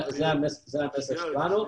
זה המסר שלנו.